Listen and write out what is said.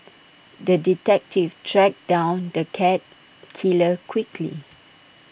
the detective tracked down the cat killer quickly